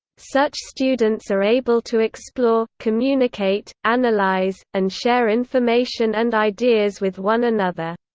such students are able to explore, communicate, analyze, and share information and ideas with one another.